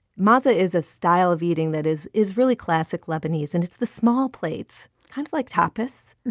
maza is a style of eating that is is really classic lebanese. and it's the small plates, kind of like tapas.